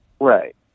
Right